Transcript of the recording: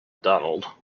donald